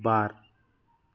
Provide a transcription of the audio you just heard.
बार